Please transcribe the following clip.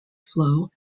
flow